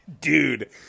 Dude